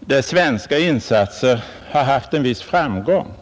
där svenska insatser har haft en viss framgång.